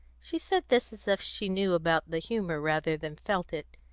she said this as if she knew about the humour rather than felt it.